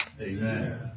Amen